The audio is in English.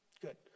good